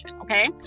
Okay